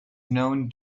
known